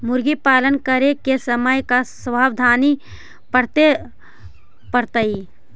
मुर्गी पालन करे के समय का सावधानी वर्तें पड़तई?